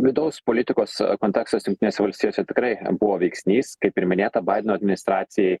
vidaus politikos kontekstuose jungtinėse valstijose tikrai buvo veiksnys kaip ir minėta badeno administracijai